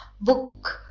book